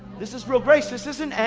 this is real grace, this isn't,